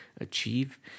achieve